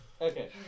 Okay